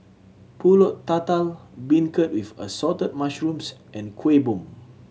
Pulut Tatal beancurd with Assorted Mushrooms and Kuih Bom